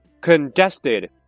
congested